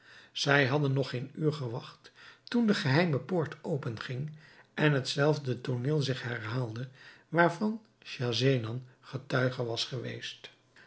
zij hadden nog geen uur gewacht toen de geheime poort open ging en het zelfde tooneel zich herhaalde waarvan schahzenan getuige was geweest